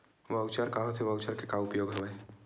Voucher का होथे voucher के का उपयोग हवय?